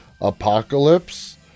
apocalypse